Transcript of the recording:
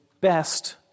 best